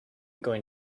going